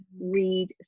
read